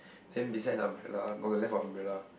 then beside the umbrella on the left of umbrella